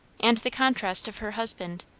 and the contrast of her husband.